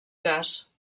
gas